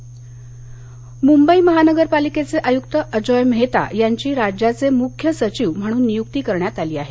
मेहता मुंबई महानगरपालिकेचे आयुक्त अजॉय मेहता यांची राज्याचे मुख्य सचिव म्हणुन नियुक्ती करण्यात आली आहे